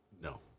no